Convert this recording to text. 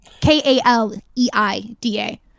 K-A-L-E-I-D-A